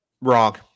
Wrong